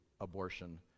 abortion